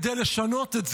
כדי לשנות את זה,